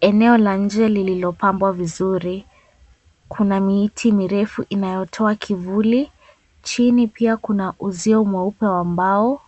Eneo la nje lililopambwa vizuri, kuna miti mirefu inayotoa kivuli. Chini pia kuna uzio mweupe wa mbao